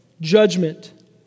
judgment